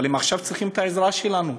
אבל הם עכשיו צריכים את העזרה שלנו.